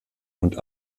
und